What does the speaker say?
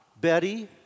Betty